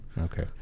okay